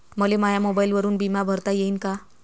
मले माया मोबाईलवरून बिमा भरता येईन का?